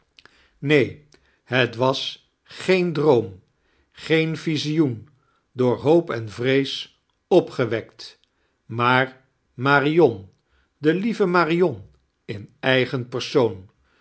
neen het was geen droom geen visioen door hoop en vrees opgewekt maar marion de lieve marion in eigen pemsioonl